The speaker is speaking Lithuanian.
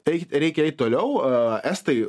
tai reikia eit toliau estai